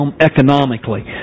economically